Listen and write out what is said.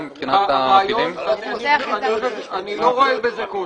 אני לא רואה בזה קושי.